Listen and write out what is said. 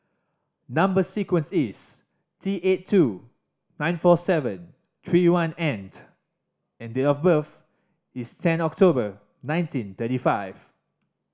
number sequence is T eight two nine four seven three one and and date of birth is ten October nineteen thirty five